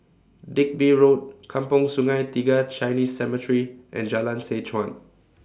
Digby Road Kampong Sungai Tiga Chinese Cemetery and Jalan Seh Chuan